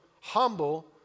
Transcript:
humble